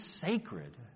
sacred